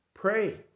Pray